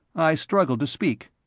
i struggled to speak.